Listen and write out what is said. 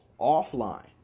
offline